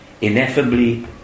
ineffably